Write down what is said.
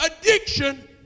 addiction